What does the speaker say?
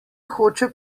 hoče